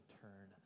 turn